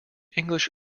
english